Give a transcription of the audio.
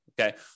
Okay